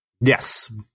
Yes